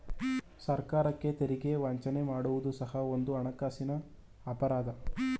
ಸರ್ಕಾರಕ್ಕೆ ತೆರಿಗೆ ವಂಚನೆ ಮಾಡುವುದು ಸಹ ಒಂದು ಹಣಕಾಸಿನ ಅಪರಾಧ